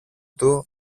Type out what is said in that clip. του